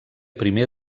primer